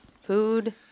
Food